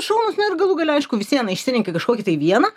šaunūs nu ir galų gale aišku vis viena išsirenki kažkokį tai vieną